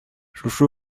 шушы